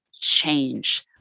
change